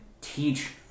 teach